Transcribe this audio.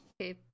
Okay